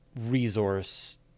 resource